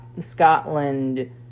Scotland